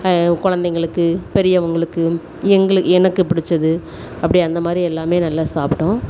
கொழந்தைகளுக்கு பெரியவர்களுக்கு எங்களுக்கு எனக்கு பிடிச்சது அப்படி அந்தமாதிரி எல்லாமே நல்லா சாப்பிட்டோம்